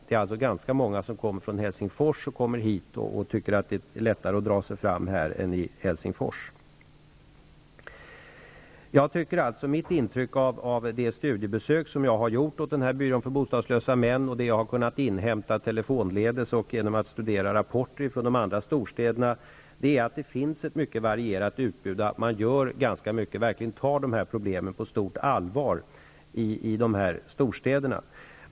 Det är alltså ganska många som kommer hit från Helsingfors och tycker att det är lättare att dra sig fram här än i Mitt intryck av det studiebesök som jag har gjort hos byrån för bostadslösa män och av det jag har kunnat inhämta telefonledes och genom att studera rapporter från de andra storstäderna är att det finns ett ganska varierat utbud och att man i dessa storstäder verkligen tar de här problemen på stort allvar och gör ganska mycket.